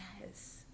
Yes